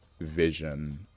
vision